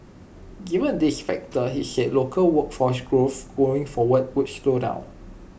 given these factors he said local workforce growth going forward would slow down